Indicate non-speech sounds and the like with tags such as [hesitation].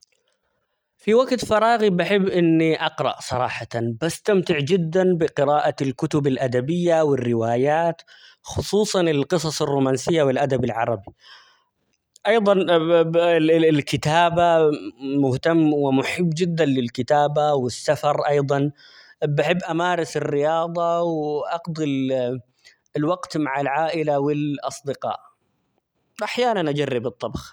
في وقت فراغي بحب إني أقرأ صراحة، بستمتع جدًا بقراءة الكتب الأدبية والروايات خصوصًا القصص الرومانسية، والأدب العربي أيضًا -باللا- الكتابة -مم-مهتم، ومحب جدًا للكتابة والسفر أيضا بحب أمارس الرياضة وأقضي-ال- [hesitation] الوقت مع العائلة ،والأصدقاء ،أحيانًا أجرب الطبخ.